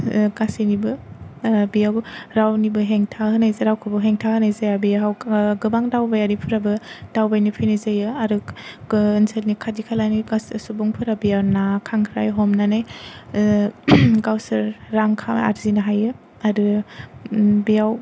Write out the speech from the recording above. गासैनिबो बेयाव रावनिबो हेंथा होनाय जाया रावखौबो हेंथा होनाय जाया बेयाव गोबां दावबायारिफोराबो दावबायनो फैनाय जायो आरो ओनसोलनि खाथि खालानि गासै सुबुंफोरा बेयावनो ना खांख्राय हमनानै गावसोर रांखौ आरजिनो हायो आरो बेयाव